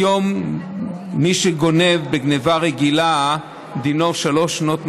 היום מי שגונב בגנבה רגילה, דינו שלוש שנות מאסר.